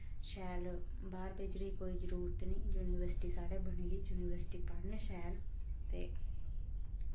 शैल बाह्र भेजने दी कोई जरूरत निं यूनिवर्सिटी साढ़ै बनी दी यूनिवर्सिटी पढ़न शैल ते